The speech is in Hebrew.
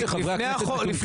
אתה חושב שחברי הכנסת מטומטמים?